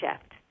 shift